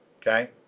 Okay